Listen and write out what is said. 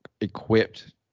equipped –